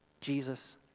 Jesus